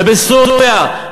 ובסוריה,